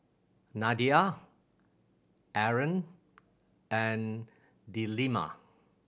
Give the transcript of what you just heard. Nadia Aaron and Delima